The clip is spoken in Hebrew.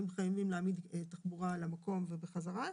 האם חייבים להעמיד תחבורה למקום ובחזרה.